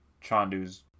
Chandu's